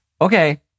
Okay